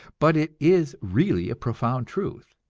but it is really a profound truth,